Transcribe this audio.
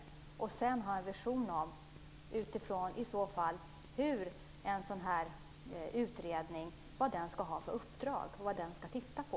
Sedan kan jag ha en vision om vilket uppdrag en utredning skall ha och vad den skall titta på.